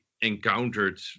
encountered